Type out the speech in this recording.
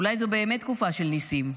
אולי זו באמת תקופה של ניסים.